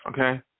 okay